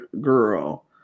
girl